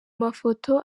mafoto